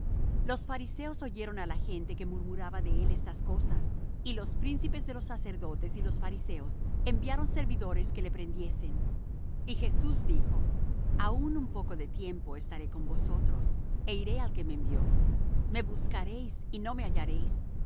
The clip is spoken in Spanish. los fariseos oyeron á la gente que murmuraba de él estas cosas y los príncipes de los sacerdotes y los fariseos enviaron servidores que le prendiesen y jesús dijo aun un poco de tiempo estaré con vosotros é iré al que me envió me buscaréis y no me hallaréis